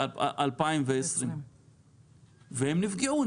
והם נפגעו.